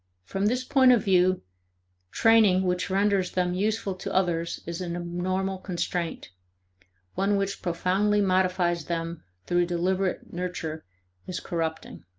from this point of view training which renders them useful to others is an abnormal constraint one which profoundly modifies them through deliberate nurture is corrupting.